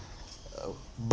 uh but